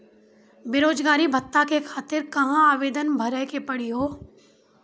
बेरोजगारी भत्ता के खातिर कहां आवेदन भरे के पड़ी हो?